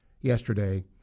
yesterday